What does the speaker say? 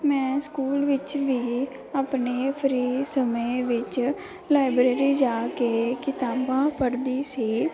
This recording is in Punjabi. ਮੈਂ ਸਕੂਲ ਵਿੱਚ ਵੀ ਆਪਣੇ ਫਰੀ ਸਮੇਂ ਵਿੱਚ ਲਾਇਬਰੇਰੀ ਜਾ ਕੇ ਕਿਤਾਬਾਂ ਪੜ੍ਹਦੀ ਸੀ